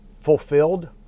fulfilled